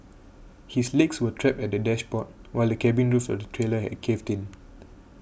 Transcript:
his legs were trapped at the dashboard while the cabin roof of the trailer had caved in